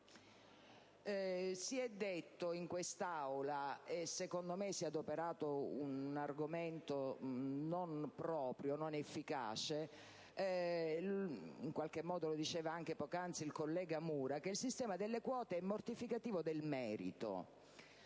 Si è detto in quest'Aula - secondo me adoperando un argomento non proprio, non efficace (in qualche modo lo diceva anche poc'anzi il collega Mura) - che il sistema delle quote è mortificativo del merito.